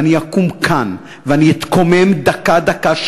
ואני אקום כאן ואני אתקומם דקה-דקה,